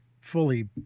fully